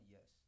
Yes